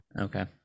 okay